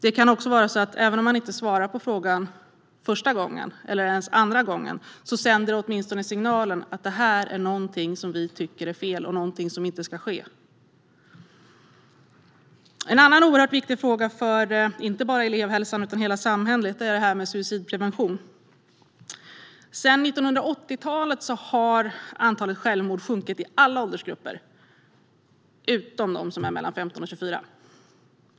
Det kan också vara så att även om man inte svarar på frågan första gången eller ens andra gången får man åtminstone signalen att det här är någonting som vi tycker är fel och någonting som inte ska ske. En annan oerhört viktig fråga för inte bara Elevhälsan utan hela samhället är suicidprevention. Sedan 1980-talet har antalet självmord sjunkit i alla åldersgrupper - utom bland dem som är mellan 15 och 24.